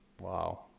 wow